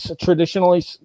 traditionally